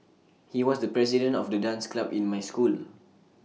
he was the president of the dance club in my school